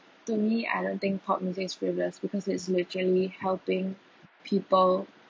to me I don't think pop music is frivolous because it's literally helping people